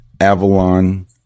Avalon